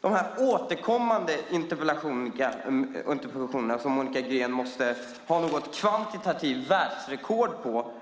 Dessa återkommande interpellationer som Monica Green måste ha kvantitativt världsrekord i och som